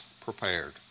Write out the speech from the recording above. prepared